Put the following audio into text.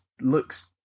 looks